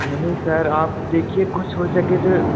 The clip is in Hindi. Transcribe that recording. नहीं सर आप देखिए कुछ हो सके तो